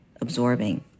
absorbing